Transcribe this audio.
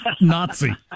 Nazi